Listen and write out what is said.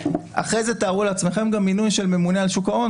אחרי זה תארו לעצמכם גם מינוי של ממונה על השוק ההון